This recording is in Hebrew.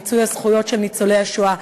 במיצוי הזכויות של ניצולי השואה.